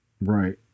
right